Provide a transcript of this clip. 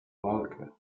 walkę